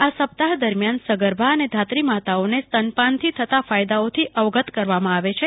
આ સપ્તાહ દરમિયાન સગર્ભા અને ધાત્રી માતાઓને સ્તનપાનથી થતાં ફાયદાઓથી અવગત કરવામાં આવે છે